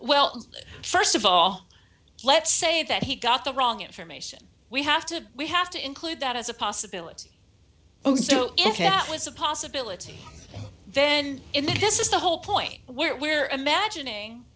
well st of all let's say that he got the wrong information we have to we have to include that as a possibility if that was a possibility then in that this is the whole point where imagining